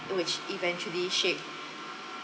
which eventually shape